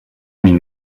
mean